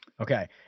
Okay